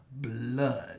blood